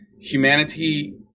humanity